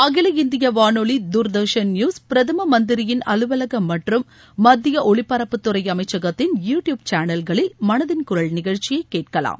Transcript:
அகில இந்திய வானொலி தூர்தர்ஷன் நியூஸ் பிரதம மந்திரியின் அலுவலகம் மற்றும் மத்திய ஒலிபரப்புத்துறை அமைச்சகத்தின் யூ டியூப் சேனல்களில் மனதின் குரல் நிகழ்ச்சியை கேட்கலாம்